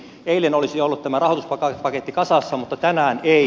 eilen olisi ollut tämä rahoituspaketti kasassa mutta tänään ei